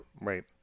right